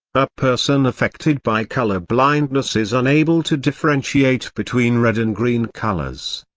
a person affected by color blindness is unable to differentiate between red and green colors.